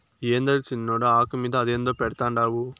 యాందది సిన్నోడా, ఆకు మీద అదేందో పెడ్తండావు